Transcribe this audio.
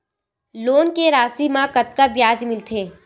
Loan के राशि मा कतका ब्याज मिलथे?